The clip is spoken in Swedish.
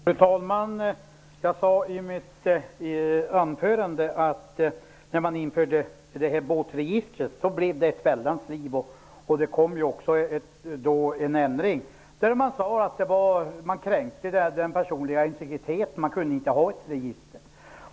Fru talman! Jag sade i mitt anförande att det blev ett väldigt liv när båtregistret infördes. Det kom en ändring. Det sades att den personliga integriteten kränktes och att det inte gick att ha ett register.